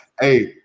Hey